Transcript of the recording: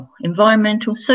environmental